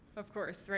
of course.